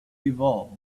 evolve